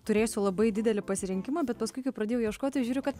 turėsiu labai didelį pasirinkimą bet paskui kai pradėjau ieškoti žiūriu kad